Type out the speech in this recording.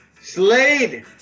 Slade